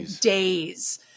days